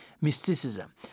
mysticism